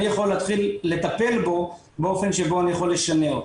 אני יכול להתחיל לטפל בו באופן שבו אני יכול לשנע אותו.